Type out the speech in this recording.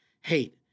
hate